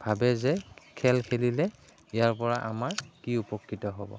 ভাবে যে খেল খেলিলে ইয়াৰ পৰা আমাৰ কি উপকৃত হ'ব